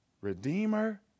redeemer